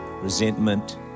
resentment